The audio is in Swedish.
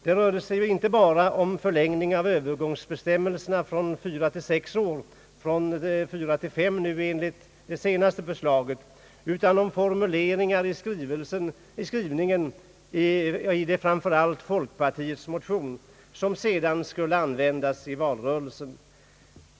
Det rörde sig inte bara om förlängning av övergångsbestämmelserna från fyra till sex år — från fyra till fem nu enligt det senaste förslaget — utan om formuleringar i skrivningen i framför allt folkpartiets motion som sedan skulle användas i valrörelsen.